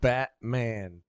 Batman